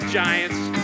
giant's